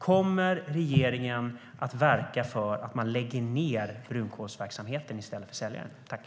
Kommer regeringen att verka för att man ska lägga ned brunkolsverksamheten i stället för att sälja den?